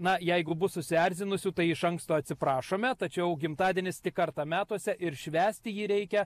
na jeigu bus susierzinusių tai iš anksto atsiprašome tačiau gimtadienis tik kartą metuose ir švęsti jį reikia